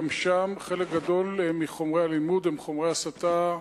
גם שם חלק גדול מחומרי הלימוד הם חומרי הסתה,